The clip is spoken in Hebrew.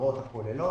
המסגרות הכוללות,